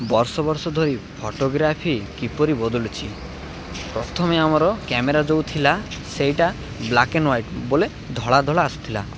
ବର୍ଷ ବର୍ଷ ଧରି ଫଟୋଗ୍ରାଫି କିପରି ବଦଳୁଛି ପ୍ରଥମେ ଆମର କ୍ୟାମେରା ଯେଉଁ ଥିଲା ସେଇଟା ବ୍ଲାକ୍ ଏଣ୍ଡ୍ ହ୍ୱାଇଟ୍ ବୋଲେ ଧଳା ଧଳା ଆସିଥିଲା